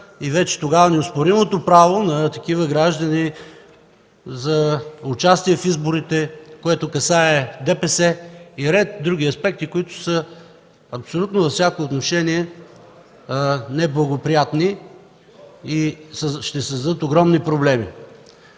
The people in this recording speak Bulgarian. и дава неоспоримото право на такива граждани за участие в изборите, което касае ДПС и редица други аспекти, които са във всяко друго отношение неблагоприятни и ще създадат огромни проблеми.